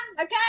okay